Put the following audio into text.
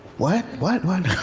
what, what?